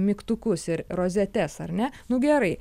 mygtukus ir rozetes ar ne nu gerai